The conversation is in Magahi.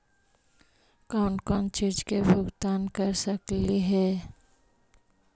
कौन कौन चिज के भुगतान कर सकली हे?